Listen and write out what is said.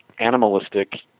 animalistic